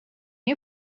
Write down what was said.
you